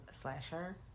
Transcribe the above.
Slasher